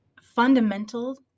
fundamental